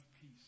peace